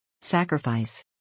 sacrifice